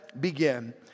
begin